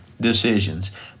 decisions